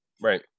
right